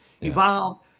evolved